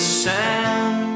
sand